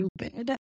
stupid